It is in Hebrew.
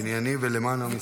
ענייני ולמען עם ישראל.